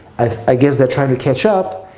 i guess they're trying to catch up,